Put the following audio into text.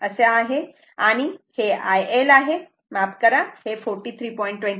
39 आहे आणि ते IL आहे माफ करा हे 43